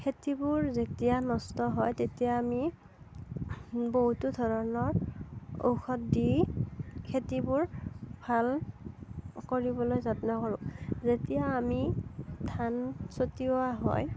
খেতিবোৰ যেতিয়া নষ্ট হয় তেতিয়া আমি বহুতো ধৰণৰ ঔষধ দি খেতিবোৰ ভাল কৰিবলৈ যত্ন কৰোঁ যেতিয়া আমি ধান ছটিওৱা হয়